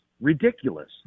ridiculous